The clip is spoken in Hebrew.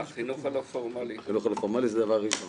החינוך לא פורמלי, זה דבר ראשון,